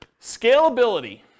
Scalability